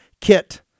kit